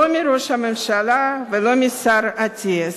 לא מראש הממשלה ולא מהשר אטיאס.